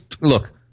look